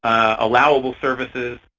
allowable services,